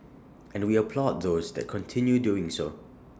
and we applaud those that continue doing so